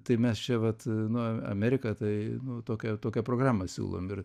tai mes čia vat nu amerika tai tokią tokią programą siūlom ir